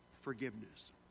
forgiveness